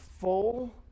full